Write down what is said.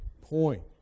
point